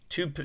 Two